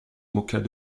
moquât